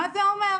מה זה אומר,